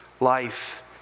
life